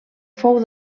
fou